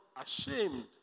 ashamed